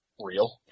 real